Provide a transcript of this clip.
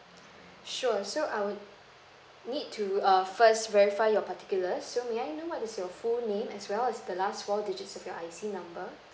sure so I would need to uh first verify your particulars so may I know what is your full name as well as the last four digits of your I_C number